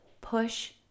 Push